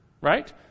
right